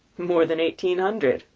more than eighteen hundred,